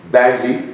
badly